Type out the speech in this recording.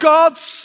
God's